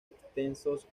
extensos